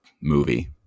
movie